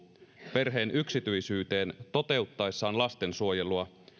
perheen yksityisyyteen toteuttaessaan lastensuojelua